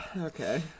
Okay